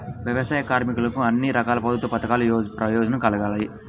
వ్యవసాయ కార్మికులకు అన్ని రకాల ప్రభుత్వ పథకాల ప్రయోజనం కలగాలి